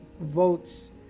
votes